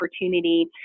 opportunity